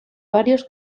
varios